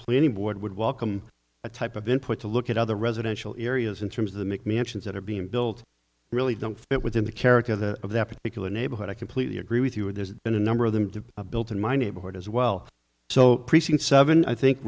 plenty board would welcome a type of input to look at other residential areas in terms of the mc mansions that are being built really don't fit within the character of the of that particular neighborhood i completely agree with you and there's been a number of them to built in my neighborhood as well so precinct seven i think